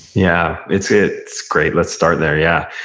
yeah it's great, let's start there, yeah.